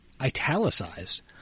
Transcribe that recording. italicized